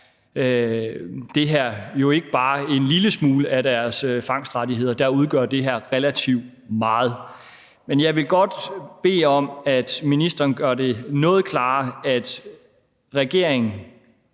det her jo ikke bare en lille smule af deres fangstrettigheder; der udgør det her relativt meget. Men jeg vil godt bede om, at ministeren gør det noget klarere, at regeringen